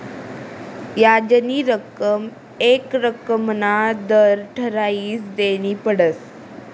याजनी रक्कम येक रक्कमना दर ठरायीसन देनी पडस